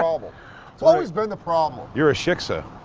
problem. it's always been the problem. you're a shiksa.